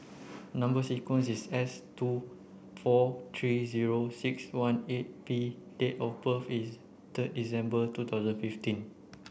number sequence is S two four three zero six one eight P and date of birth is third December two thousand fifteen